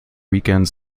weekend